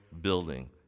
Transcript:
Building